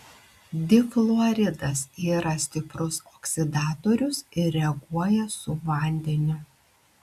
difluoridas yra stiprus oksidatorius ir reaguoja su vandeniu